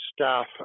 staff